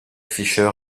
fischer